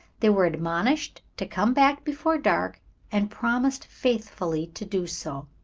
they were admonished to come back before dark and promised faithfully to do so.